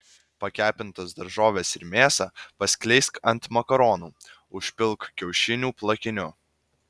pakepintas daržoves ir mėsą paskleisk ant makaronų užpilk kiaušinių plakiniu